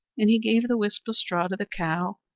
and he gave the whisp of straw to the cow,